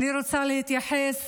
ואני רוצה להתייחס